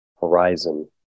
horizon